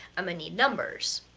i'mma need numbers.